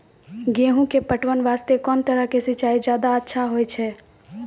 गेहूँ के पटवन वास्ते कोंन तरह के सिंचाई ज्यादा अच्छा होय छै?